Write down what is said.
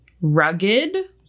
rugged